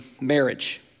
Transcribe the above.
marriage